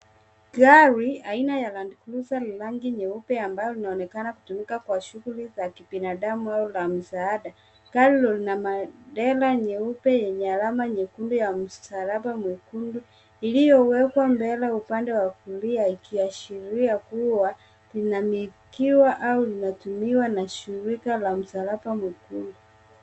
Gari aina ya landcruiser yenye rangi nyeupe ambayo linaonekana kutumika kwa shughuli za kibinadamu au za msaada. Gari lina bendera nyeupe yenye alama nyekundu ya msalaba mwekundu iliyowekwa mbele upande wa kulia ikiashiria kuwa inamilikiwa au linatumika na shirika la msalaba mwekundu.